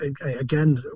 again